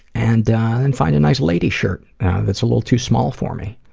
and and find a nice lady shirt that's a little too small for me,